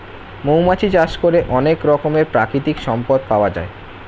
মৌমাছি চাষ করে অনেক রকমের প্রাকৃতিক সম্পদ পাওয়া যায়